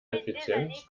effizienz